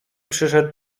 przyszedł